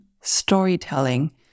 storytelling